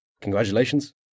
Congratulations